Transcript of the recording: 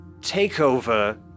takeover